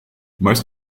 most